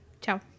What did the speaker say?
Ciao